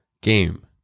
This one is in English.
Game